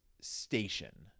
station